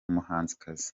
muhanzikazi